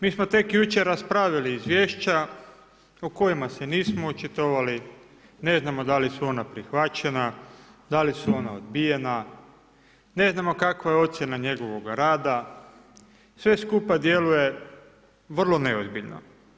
Mi smo tek jučer raspravili izvješća o kojima se nismo očitovali, ne znamo da li su ona prihvaćena, da li su ona odbijena, ne znamo kakva je ocjena njegovoga rada, sve skupa djeluje vrlo neozbiljno.